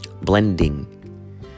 Blending